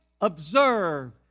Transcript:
observe